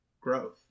growth